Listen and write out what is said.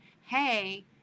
hey